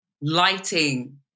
lighting